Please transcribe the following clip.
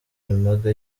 impanga